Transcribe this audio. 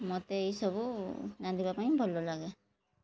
ମୋତେ ଏଇସବୁ ରାନ୍ଧିବା ପାଇଁ ଭଲ ଲାଗେ